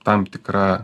tam tikra